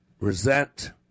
resent